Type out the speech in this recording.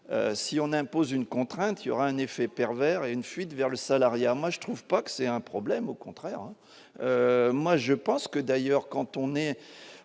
si on impose une contrainte, il aura un effet pervers et une fuite vers le salariat, moi je trouve pas que c'est un problème, au contraire, moi je pense que d'ailleurs, quand on est,